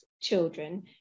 children